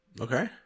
Okay